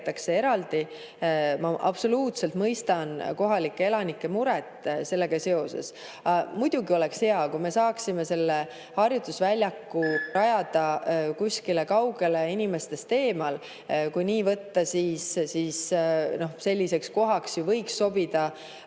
Ma absoluutselt mõistan kohalike elanike muret sellega seoses. Muidugi oleks hea, kui me saaksime selle harjutusväljaku rajada kuskile kaugele inimestest eemal. Kui nii võtta, siis selliseks kohaks võiks sobida